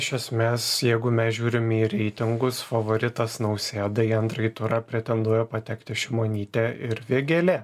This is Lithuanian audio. iš esmės jeigu mes žiūrim į reitingus favoritas nausėda į antrąjį turą pretenduoja patekti šimonytė ir vėgėlė